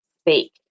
speak